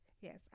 yes